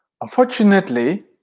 Unfortunately